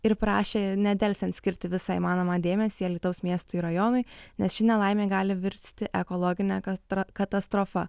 ir prašė nedelsiant skirti visą įmanomą dėmesį alytaus miestui ir rajonui nes ši nelaimė gali virsti ekologine katra katastrofa